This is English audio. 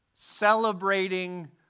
celebrating